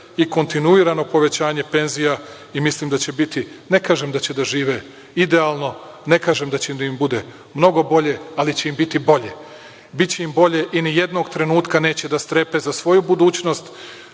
i kontinuirano povećanje penzija. Ne kažem da će da žive idealno, ne kažem da će da im bude mnogo bolje, ali će im biti bolje. Biće im bolje i nijednog trenutka neće da strpe za svoju budućnost